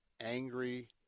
angry